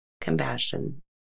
compassion